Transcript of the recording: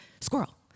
squirrel